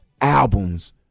albums